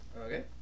Okay